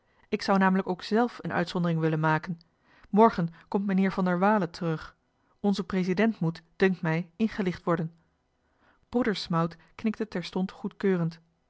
ik zou namelijk ook zelf een uitzondering willen maken morgen komt meneer van der waele terug onze president moet dunkt mij ingelicht worden broeder smout knikte terstond goedkeurend